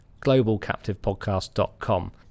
globalcaptivepodcast.com